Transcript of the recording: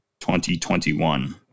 2021